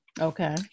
okay